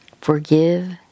forgive